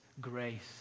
grace